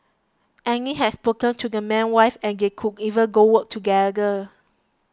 Annie had spoken to the man's wife and they could even go work together